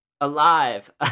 alive